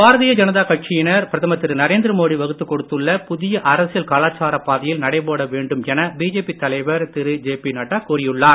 பாரதிய ஜனதா கட்சியினர் பிரதமர் திரு நரேந்திர மோடி வகுத்துக் கொடுத்துள்ள புதிய அரசியல் கலாச்சாரப் பாதையில் நடைபோட வேண்டும் என பிஜேபி தலைவர் திரு ஜே பி நட்டா கூறியுள்ளார்